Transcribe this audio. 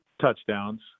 touchdowns